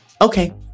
Okay